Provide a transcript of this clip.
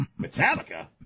Metallica